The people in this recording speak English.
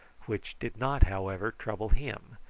which did not, however trouble him,